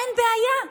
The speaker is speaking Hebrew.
אין בעיה,